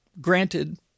granted